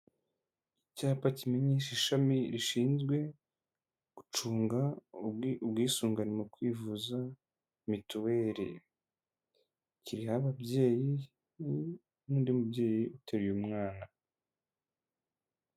Icyapa kimenyesha ishami rishinzwe gucunga ubwisungane mu kwivuza mituweri kiriho ababyeyi n'undi mubyeyi uteruye umwana.